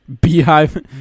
Beehive